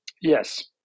Yes